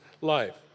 life